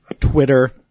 Twitter